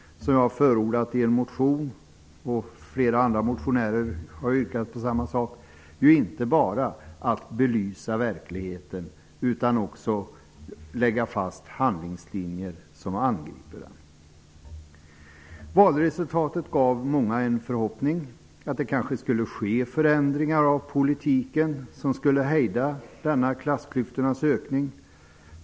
Flera andra motionärer har yrkat på samma sak. Det gäller för en sådan utredning att inte bara belysa verkligheten utan att också lägga fast handlingslinjer som angriper problemen. Valresultatet gav många människor en förhoppning om att det kanske skulle ske förändringar av politiken som skulle hejda klassklyftornas ökning.